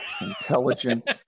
intelligent